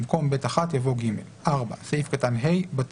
במקום "(ב1)" יבוא "(ג)"; (4)סעיף קטן (ה) - בטל.